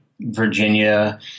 Virginia